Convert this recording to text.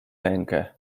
rękę